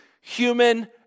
human